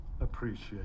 appreciate